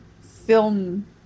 film